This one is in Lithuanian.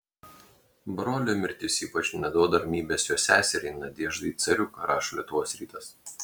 brolio mirtis ypač neduoda ramybės jo seseriai nadeždai cariuk rašo lietuvos rytas